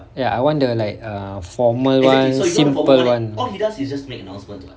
ya I want the like err formal one simple one